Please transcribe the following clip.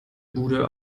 bude